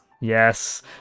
Yes